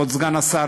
כבוד סגן השר,